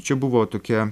čia buvo tokia